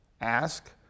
ask